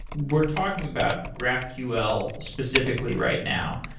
we're talking about graphql specifically right now,